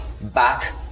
back